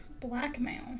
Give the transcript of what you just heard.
Blackmail